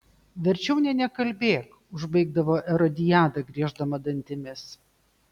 verčiau nė nekalbėk užbaigdavo erodiada grieždama dantimis